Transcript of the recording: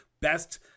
best